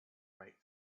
write